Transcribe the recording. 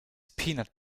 peanut